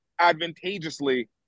advantageously